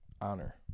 honor